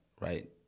right